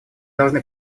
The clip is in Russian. должны